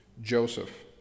Joseph